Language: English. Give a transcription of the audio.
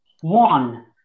One